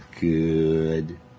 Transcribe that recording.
good